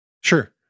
Sure